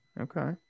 Okay